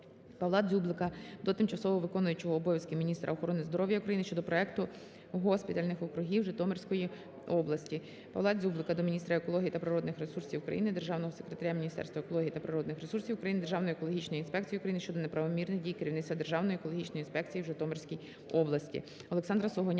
Павла Дзюблика до тимчасово виконуючої обов'язки міністра охорони здоров'я України щодо проекту госпітальних округів Житомирської області. Павла Дзюблика до міністра екології та природних ресурсів України, Державного секретаря Міністерства екології та природних ресурсів України, Державної екологічної інспекції України щодо неправомірних дій керівництва Державної екологічної інспекції у Житомирській області. Олександра Сугоняко